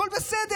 הכול בסדר.